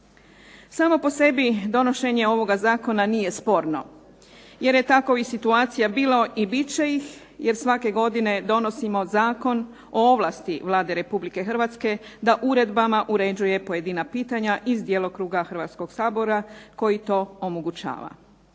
Samo po sebi donošenje ovoga zakona nije sporno jer je takovih situacija bilo i bit će ih jer svake godine donosimo Zakon o ovlasti Vlade Republike Hrvatske da uredbama uređuje pojedina pitanja iz djelokruga Hrvatskoga sabora koji to omogućava.